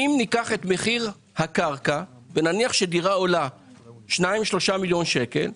נניח שדירה עולה שניים-שלושה מיליון שקל,